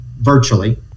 virtually